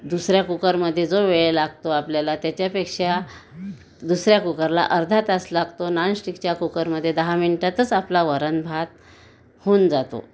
दुसऱ्या कुकरमध्ये जो वेळ लागतो आपल्याला त्याच्यापेक्षा दुसऱ्या कुकरला अर्धा तास लागतो नॉनस्टिकच्या कुकरमध्ये दहा मिनीटातच आपला वरणभात होऊन जातो